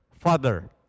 Father